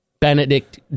Benedict